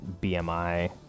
BMI